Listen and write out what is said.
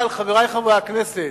אבל, חברי חברי הכנסת,